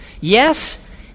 yes